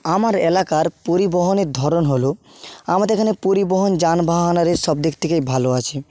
আমার এলাকার পরিবহনের ধরন হল আমাদের এখানে পরিবহন যানবাহন আর এ সব দিক থেকেই ভালো আছে